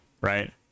right